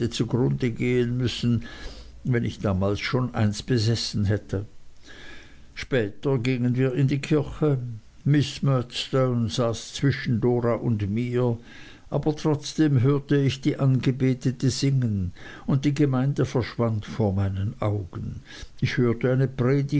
zugrunde gehen müssen wenn ich damals schon eins besessen hätte später gingen wir in die kirche miß murdstone saß zwischen dora und mir aber trotzdem hörte ich die angebetete singen und die gemeinde verschwand vor meinen augen ich hörte eine